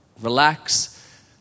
Relax